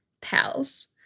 pals